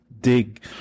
dig